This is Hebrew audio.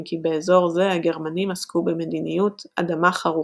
אם כי באזור זה הגרמנים עסקו במדיניות "אדמה חרוכה"